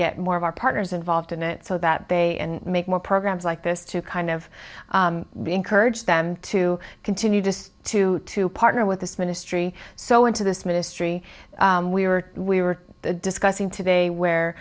get more of our partners involved in it so that they and make more programs like this to kind of be encourage them to continue just to to partner with this ministry so into this ministry we were we were discussing today where